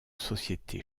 société